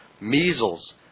Measles